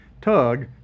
Tug